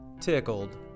tickled